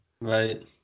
Right